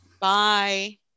Bye